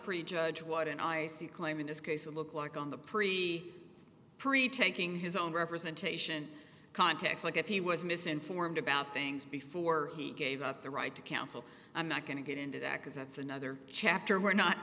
prejudge what an i c claim in this case would look like on the pre pre taking his own representation context like if he was misinformed about things before he gave up the right to counsel i'm not going to get into that because that's another chapter we're not